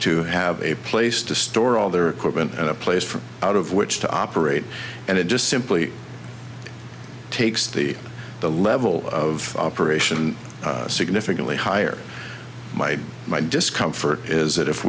to have a place to store all their equipment and a place from out of which to operate and it just simply takes the the level of operation significantly higher my my discomfort is that if